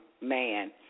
man